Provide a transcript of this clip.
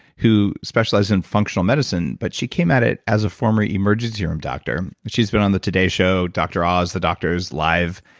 who specialize in functional medicine, but she came at it as a former emergency emergency room doctor. she's been on the today show, dr. oz, the doctors live,